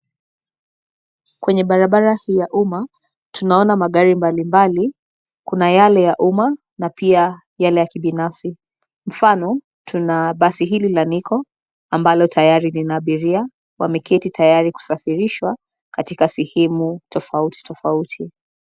Kwenye barabara hii ya umma tunaona magari mbalimbali. Kuna yale ya umma na pia yale ya kibinafsi, mfano, tuna basi hili la nicco ambalo tayari lina abiria. Wameketi tayari kusafirishwa katika sehemu tofauti tofauti.